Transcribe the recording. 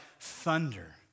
thunder